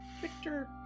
Victor